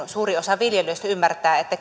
suuri osa viljelijöistä ymmärtävät että